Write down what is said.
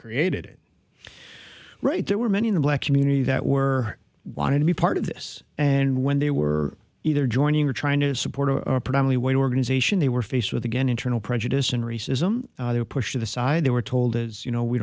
created it right there were many in the black community that were wanted to be part of this and when they were either joining or trying to support a particular way organization they were faced with again internal prejudice and racism they were pushed to the side they were told as you know we